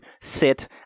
sit